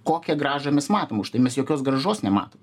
kokią grąžą mes matom už tai mes jokios grąžos nematom